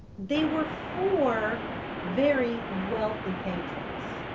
they were for very wealthy patrons.